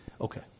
Okay